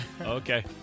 Okay